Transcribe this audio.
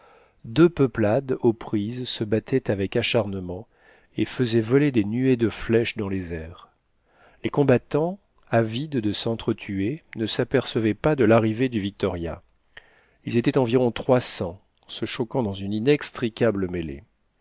deux peuplades aux prises se battaient avec acharnement et faisaient voler des nuées de flèches dans les airs les combattants avides de sentre tuer ne s'apercevaient pas de l'arrivée du victoria ils étaient environ trois cents se choquant dans une inextricable mêlée